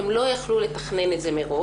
הם לא יכלו לתכנן את זה מראש,